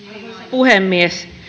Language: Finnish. puhemies